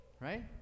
Right